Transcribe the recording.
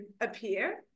appear